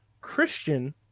Christian